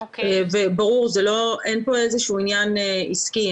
ברור, אין פה איזשהו עניין עסקי.